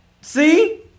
See